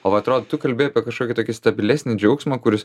o atrodo tu kalbi apie kažkokį tokį stabilesnį džiaugsmą kuris